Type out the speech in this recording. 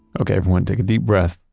okay. everyone take a deep breath.